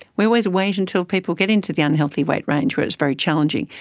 we always wait until people get into the unhealthy weight range where it's very challenging,